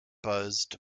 buzzed